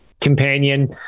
companion